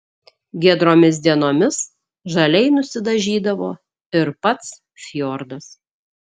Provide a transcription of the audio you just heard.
giedromis dienomis žaliai nusidažydavo ir pats fjordas